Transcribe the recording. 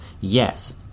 yes